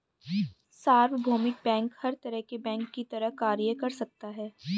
सार्वभौमिक बैंक हर तरह के बैंक की तरह कार्य कर सकता है